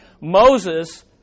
Moses